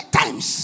times